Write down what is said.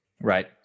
right